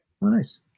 Nice